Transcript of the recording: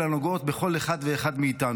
אלא נוגעות בכל אחד ואחד מאיתנו.